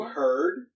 heard